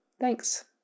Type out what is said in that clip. Thanks